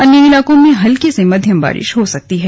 अन्य इलाकों में हल्की से मध्यम बारिश हो सकती है